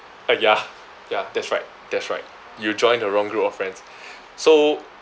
uh ya ya that's right that's right you joined the wrong group of friends so